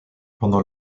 pendant